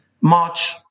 March